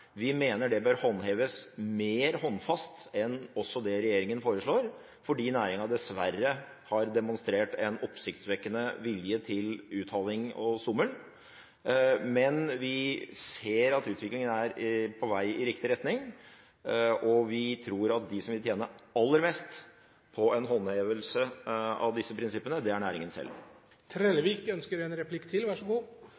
Vi mener det bør håndheves mer håndfast enn også det som regjeringen foreslår, fordi næringen dessverre har demonstrert en oppsiktsvekkende vilje til uthaling og sommel. Men vi ser at utviklingen er på vei i riktig retning, og vi tror at de som vil tjene aller mest på en håndhevelse av disse prinsippene, er næringen